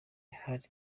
hari